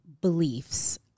beliefs